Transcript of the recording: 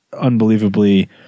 unbelievably